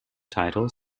title